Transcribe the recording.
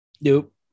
Nope